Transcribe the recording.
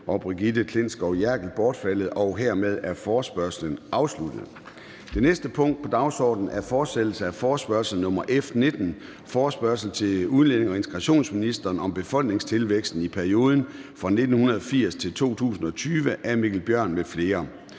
og Brigitte Klintskov Jerkel (KF) bortfaldet. Hermed er forespørgslen afsluttet. --- Det næste punkt på dagsordenen er: 5) Fortsættelse af forespørgsel nr. F 19 [afstemning]: Forespørgsel til udlændinge- og integrationsministeren om befolkningstilvæksten i perioden fra 1980 til 2020. Af Mikkel Bjørn (DF) m.fl.